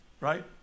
Right